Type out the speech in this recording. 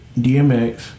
DMX